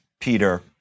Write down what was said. Peter